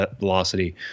velocity